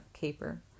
caper